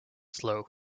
slow